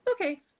okay